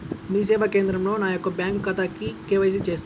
మీ సేవా కేంద్రంలో నా యొక్క బ్యాంకు ఖాతాకి కే.వై.సి చేస్తారా?